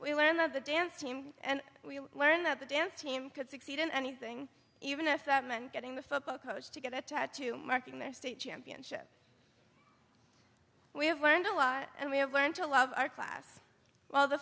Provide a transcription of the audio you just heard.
we learned of the dance team and we learned that the dance team could succeed in anything even if that meant getting the football coach to get a tattoo marking their state championship we have learned a lot and we have learned to love our class while the